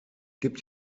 gibt